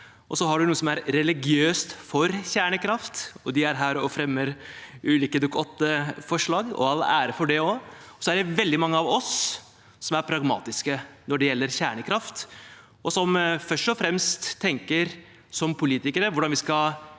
Så har man noen som er religiøst for kjernekraft, og de er her og fremmer ulike Dokument 8-forslag – all ære for det også. Så er det veldig mange av oss som er pragmatiske når det gjelder kjernekraft, og som først og fremst tenker som politikere: Hvordan skal